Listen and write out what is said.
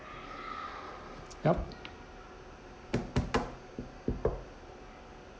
yup